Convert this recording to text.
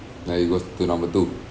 now you go to number two